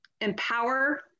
empower